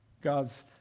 God's